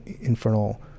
Infernal